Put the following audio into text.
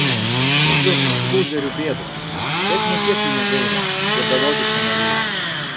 žodžiu lūzerių bėdos bet nė kiek jų negaila bėdavoti čia nereikia